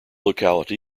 locality